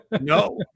No